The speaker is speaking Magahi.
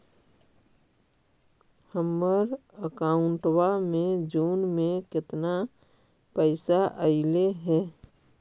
हमर अकाउँटवा मे जून में केतना पैसा अईले हे?